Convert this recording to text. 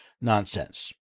nonsense